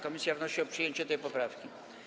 Komisja wnosi o przyjęcie tej poprawki.